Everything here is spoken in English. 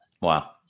Wow